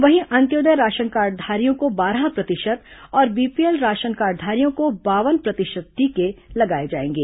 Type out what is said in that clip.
वहीं अंत्योदय राशन कार्डधारियों को बारह प्रतिशत और बीपीएल राशन कार्डधारियों को बावन प्रतिशत टीके लगाए जाएंगे